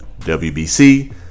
WBC